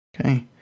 Okay